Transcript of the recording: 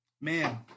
man